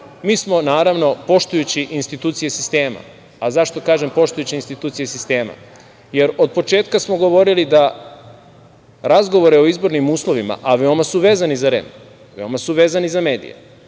mi smo, naravno poštujući institucije sistema, a zašto kažem poštujući institucije sistema, jer od početka smo govorili da razgovore o izbornim uslovima, a veoma su vezani za REM, veoma su vezani za medije,